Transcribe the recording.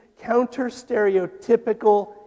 counter-stereotypical